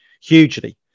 hugely